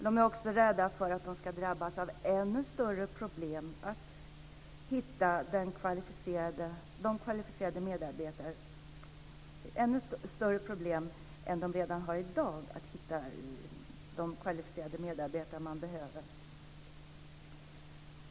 De är också rädda för att de ska drabbas av ännu större problem än de redan har i dag att hitta de kvalificerade medarbetare som de behöver.